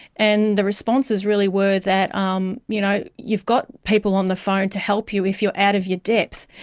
and the responses really were that, um you know, you've got people on the phone to help you if you're out of your depth.